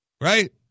Right